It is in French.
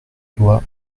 loi